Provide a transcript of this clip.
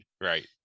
right